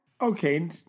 Okay